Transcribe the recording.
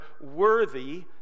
worthy